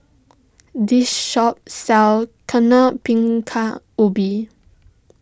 this shop sells Bingka Ubi